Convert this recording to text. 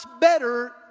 better